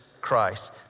Christ